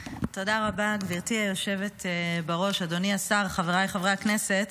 גברתי היושבת בראש, אדוני השר, חבריי חברי הכנסת,